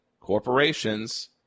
corporations